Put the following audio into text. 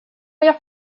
jag